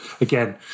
again